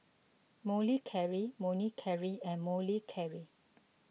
Molicare Molicare and Molicare